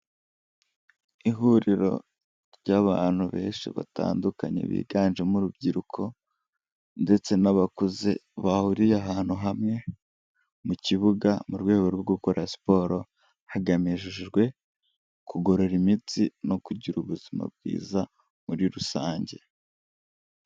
Ihuriro ry'abantu benshi batandukanye biganjemo urubyiruko ndetse n'abakuze, bahuriye ahantu hamwe mu kibuga, mu rwego rwo gukora siporo hagamijwe kugorora imitsi no kugira ubuzima bwiza muri rusange.